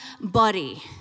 body